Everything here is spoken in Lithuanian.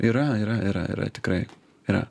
yra yra yra yra tikrai yra